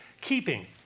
keeping